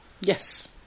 Yes